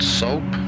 soap